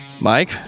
Mike